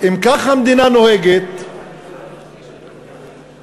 כדי לפגוע בנו,